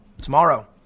tomorrow